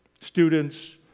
Students